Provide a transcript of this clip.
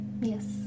Yes